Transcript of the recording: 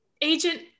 agent